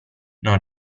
non